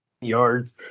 yards